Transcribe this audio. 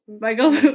Michael